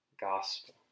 gospel